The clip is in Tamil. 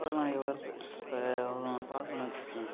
கால்நடை வளர்ப்பு இப்போ ஒரு பால் பண்ணை வச்சியிருக்கேன்